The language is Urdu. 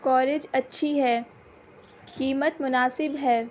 کورج اچھی ہے قیمت مناسب ہے